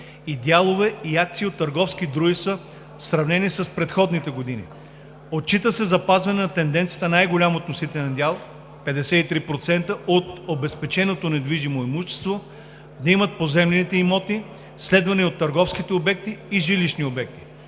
дялове и акции от търговски дружества в сравнение с предходните периоди. Отчита се запазване на тенденцията най-голям относителен дял – 53% от обезпеченото недвижимо имущество, да имат поземлените имоти, следвани от търговките обекти и жилищни обекти.